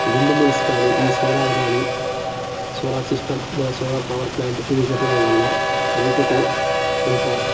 wind mills కాని ఈ solar గానీ సోలార్ సిస్టం లేదా సోలార్ పవర్ ప్లాంట్ ఇవి పెట్టడం వల్ల రైతుకు కొంత